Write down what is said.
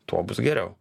tuo bus geriau